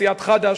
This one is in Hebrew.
סיעת חד"ש,